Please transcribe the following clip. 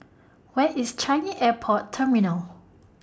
Where IS Changi Airport Terminal